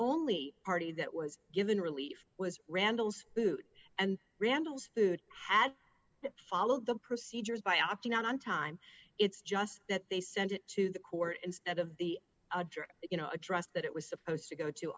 only party that was given relief was randall's food and randal's food had to follow the procedures by opting out on time it's just that they sent it to the court instead of the address you know address that it was supposed to go to